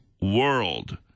world